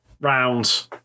round